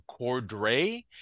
cordray